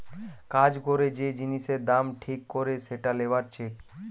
কাজ করে যে জিনিসের দাম ঠিক করে সেটা লেবার চেক